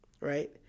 right